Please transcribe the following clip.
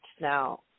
now